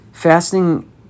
Fasting